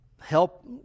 Help